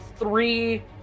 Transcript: Three